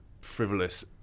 frivolous